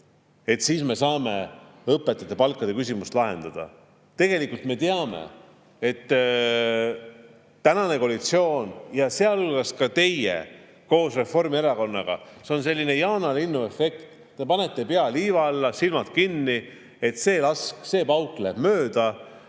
siis me saame õpetajate palkade küsimuse lahendada? Tegelikult me teame, et tänase koalitsiooni puhul, sealhulgas ka teil koos Reformierakonnaga, on selline jaanalinnuefekt. Te panete pea liiva alla, silmad kinni, et see lask, see pauk läheb mööda.